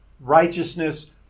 righteousness